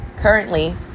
Currently